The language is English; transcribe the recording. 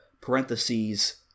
parentheses